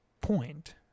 point